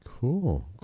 Cool